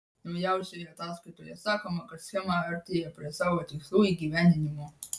naujausioje ataskaitoje sakoma kad schema artėja prie savo tikslų įgyvendinimo